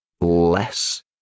less